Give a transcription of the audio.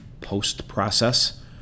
post-process